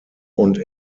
und